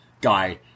guy